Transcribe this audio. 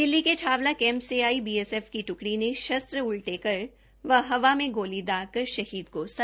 दिल्ली के छावला कैंप ले आई बीएसएफ की ट्कडी ने शस्त्र उलटे कर व हवा में गोली दागकर शहीद को सलामी दी